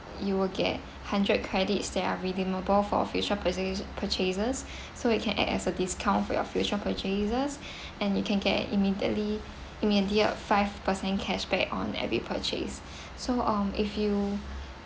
you will get hundred credits that are redeemable for official purcha~ purchases so it can add as a discount for your future purchases and you can get immediately immediate five percent cashback on every purchase so um if you